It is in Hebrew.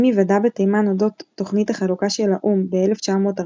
עם היוודע בתימן אודות תוכנית החלוקה של האו"ם ב-1947,